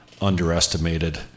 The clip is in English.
underestimated